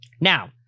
Now